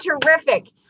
terrific